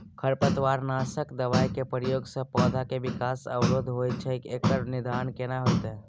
खरपतवार नासक दबाय के प्रयोग स पौधा के विकास अवरुध होय छैय एकर निदान केना होतय?